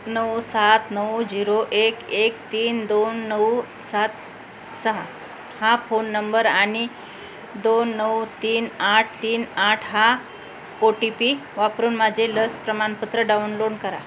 नऊ सात नऊ जिरो एक एक तीन दोन नऊ सात सहा हा फोन नंबर आणि दोन नऊ तीन आठ तीन आठ हा ओ टी पी वापरून माझे लस प्रमाणपत्र डाउनलोड करा